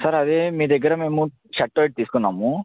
sir అదీ మీ దగ్గర మేము షర్ట్ ఒకటి తీసుకున్నాము